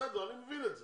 בסדר, אני מבין את זה,